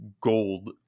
gold